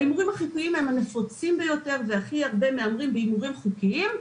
ההימורים החוקיים הם הנפוצים ביותר והכי הרבה מהמרים בהימורים חוקיים.